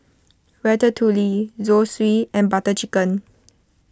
Ratatouille Zosui and Butter Chicken